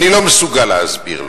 אני לא מסוגל להסביר לו.